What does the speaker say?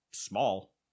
small